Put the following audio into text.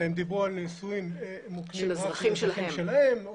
דיברו על נישואים של אזרחים שלהם,